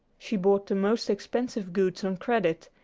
she bought the most expensive goods on credit,